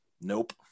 nope